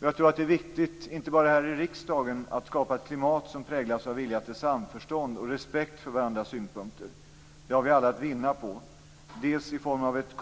Jag tror att det är viktigt, inte bara här i riksdagen, att skapa ett klimat som präglas av vilja till samförstånd och respekt för varandras synpunkter. Det har vi alla att vinna på, dels i form av ett